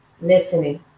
listening